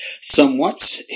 somewhat